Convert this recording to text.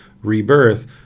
rebirth